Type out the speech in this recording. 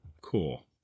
Cool